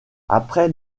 après